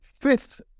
fifth